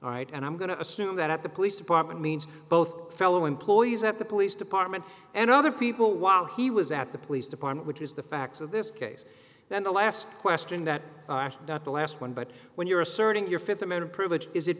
right and i'm going to assume that the police department means both fellow employees at the police department and other people while he was at the police department which is the facts of this case than the last question that the last one but when you're asserting your fifth amendment privilege is it